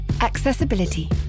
Accessibility